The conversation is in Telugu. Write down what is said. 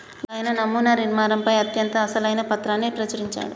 గాయన నమునా నిర్మాణంపై అత్యంత అసలైన పత్రాన్ని ప్రచురించాడు